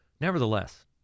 Nevertheless